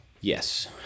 Yes